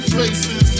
faces